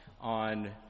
on